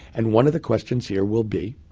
and one of the questions here will be,